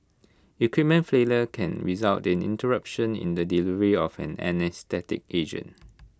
equipment failure can result in interruption in the delivery of the anaesthetic agent